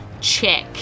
Check